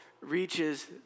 reaches